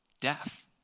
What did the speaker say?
death